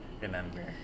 remember